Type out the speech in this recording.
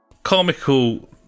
Comical